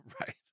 Right